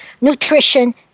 nutrition